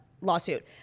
lawsuit